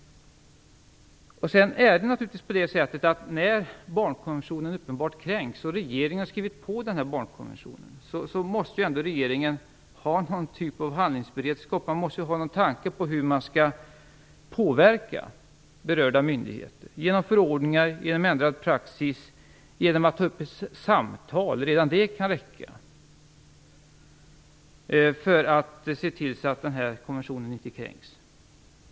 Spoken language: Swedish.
När barnkonventionen uppenbart kränks, och regeringen har ju skrivit på barnkonventionen, måste det ändå finnas någon form av handlingsberedskap. Det måste finnas någon tanke om hur man skall påverka berörda myndigheter. Det kan vara fråga om förordningar, om ändrad praxis eller om att ta upp samtal - redan det kan räcka - för att se till att barnkonventionen inte kränks.